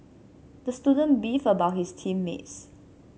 the student beefed about his team mates